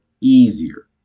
easier